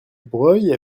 breuil